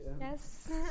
Yes